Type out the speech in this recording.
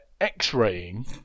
X-raying